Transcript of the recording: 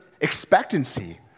expectancy